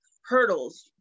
hurdles